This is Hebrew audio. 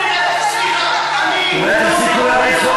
זה בגלל השלום